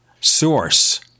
source